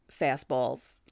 fastballs